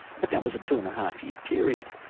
but that was a two and a half year period,